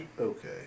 Okay